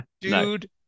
Dude